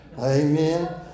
Amen